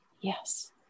yes